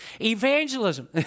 Evangelism